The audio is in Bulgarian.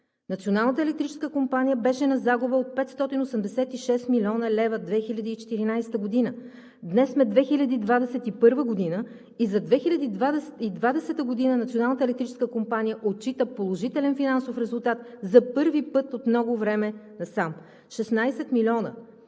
Националната електрическа компания беше на загуба от 586 млн. лв. 2014 г. Днес сме 2021 г. и за 2020 г. Националната електрическа компания отчита положителен финансов резултат за първи път от много време насам – 16 милиона!